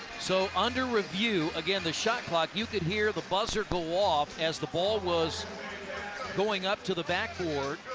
so under review, again, the shot clock, you could hear the buzzer go off as the ball was going up to the backboard.